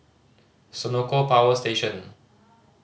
Senoko Power Station